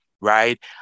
right